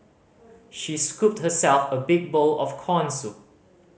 she scooped herself a big bowl of corn soup